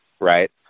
right